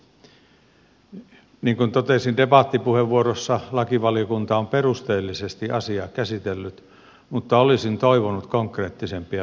niin kuin totesin debattipuheenvuorossa lakivaliokunta on perusteellisesti asiaa käsitellyt mutta olisin toivonut konkreettisempia toimenpide ehdotuksia